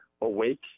awake